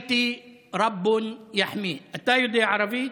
ולבית יש אל ששומר עליו.) אתה יודע ערבית,